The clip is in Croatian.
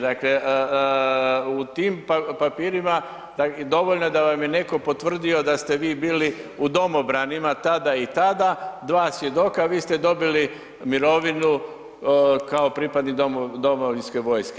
Dakle u tom papirima dovoljno da vam je neko potvrdio da ste vi bili u domobranima tada i tada, dva svjedoka, vi ste dobili mirovinu kao pripadnik domovinske vojske.